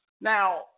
Now